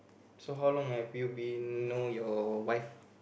so how long have you been know your wife